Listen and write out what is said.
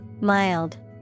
Mild